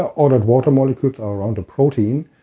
a lot of water molecules are around the protein,